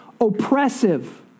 oppressive